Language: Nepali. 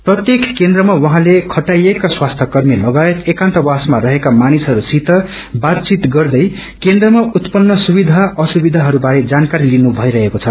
प्रत्येक केन्द्रमा उह्रेले खटाईएका स्वास्थ्यकर्मीलगायत एकान्तवासमा रहेका मानिसहस्सित बातचित गर्दै केन्द्रमा उत्पन्न सुविधा असुविधाहरू बारे जानकारी लिनु भईरहेकोछ